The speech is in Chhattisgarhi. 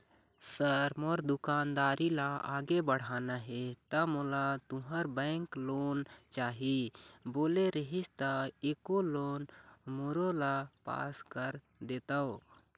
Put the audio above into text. सर मोर दुकानदारी ला आगे बढ़ाना हे ता मोला तुंहर बैंक लोन चाही बोले रीहिस ता एको लोन मोरोला पास कर देतव?